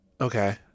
Okay